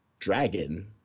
Dragon